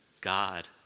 God